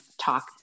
talk